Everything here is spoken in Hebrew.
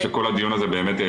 אחת כמה וכמה, של